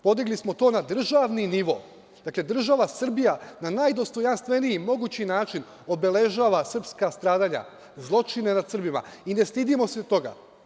Podigli smo to na državni nivo, dakle, država Srbija na najdostojanstveniji mogući način obeležava srpska stradanja, zločine nad Srbima i ne stidimo se toga.